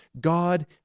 God